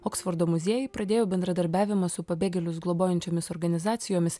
oksfordo muziejai pradėjo bendradarbiavimą su pabėgėlius globojančiomis organizacijomis